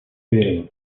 برین